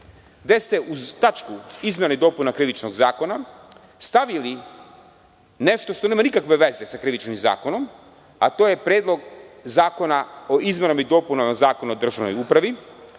gde ste uz tačku izmena i dopuna Krivičnog zakona stavili nešto što nema nikakve veze sa Krivičnim zakonom, a to je Predlog zakona o izmenama i dopunama Zakona o državnoj upravi,